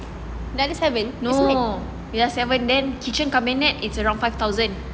no ya seven then kitchen cabinet it's around five thousand